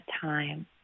time